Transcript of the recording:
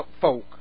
folk